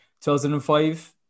2005